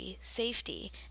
safety